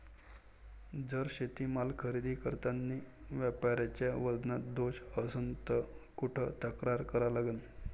जर शेतीमाल खरेदी करतांनी व्यापाऱ्याच्या वजनात दोष असन त कुठ तक्रार करा लागन?